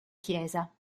chiesa